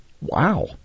Wow